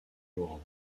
laurent